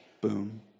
boom